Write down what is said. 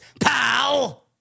pal